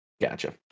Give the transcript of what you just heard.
Gotcha